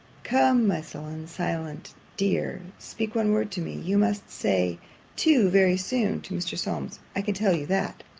come, my sullen, silent dear, speak one word to me you must say two very soon to mr. solmes, i can tell you that.